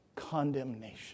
condemnation